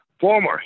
former